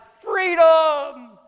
Freedom